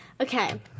Okay